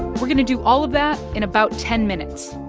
we're going to do all of that in about ten minutes,